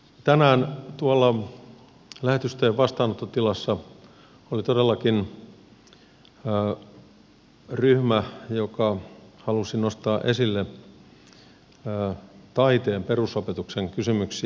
tänään tuolla lähetystöjen vastaanottotilassa oli todellakin ryhmä joka halusi nostaa esille taiteen perusopetuksen kysymyksiä